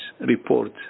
report